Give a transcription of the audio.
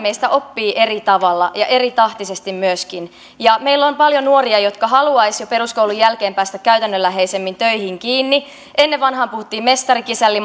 meistä oppii eri tavalla ja myöskin eritahtisesti meillä on paljon nuoria jotka haluaisivat jo peruskoulun jälkeen päästä käytännönläheisemmin töihin kiinni ennen vanhaan puhuttiin mestari kisälli